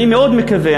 אני מאוד מקווה,